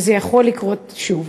וזה יכול לקרות שוב".